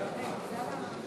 קטנים